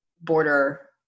border